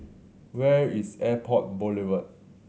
where is Airport Boulevard